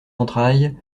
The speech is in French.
entrailles